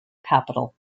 capital